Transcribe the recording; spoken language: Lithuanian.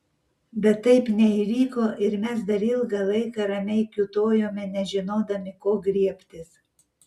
bet taip neįvyko ir mes dar ilgą laiką ramiai kiūtojome nežinodami ko griebtis